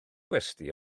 gwesty